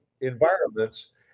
environments